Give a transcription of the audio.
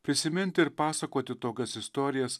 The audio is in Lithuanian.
prisiminti ir pasakoti tokias istorijas